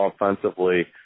offensively